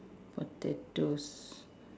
potatoes